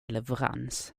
leverans